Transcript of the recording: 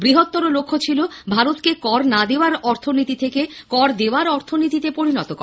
বৃহত্তর লক্ষ্য ছিল ভারতকে কর না দেওয়ার অর্থনীতি থেকে কর দেওয়ার অর্থনীতিতে পরিণত করা